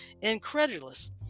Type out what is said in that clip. incredulous